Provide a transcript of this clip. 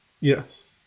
Yes